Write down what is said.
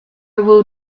will